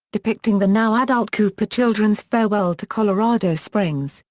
depicting the now-adult cooper children's farewell to colorado springs,